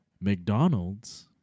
McDonald's